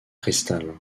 cristal